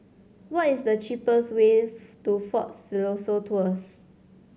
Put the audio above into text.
what is the cheapest way to Fort Siloso Tours